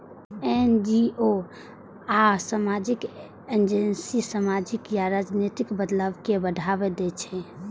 NGO आ सामाजिक agency सामाजिक या राजनीतिक बदलाव कें बढ़ावा दै छै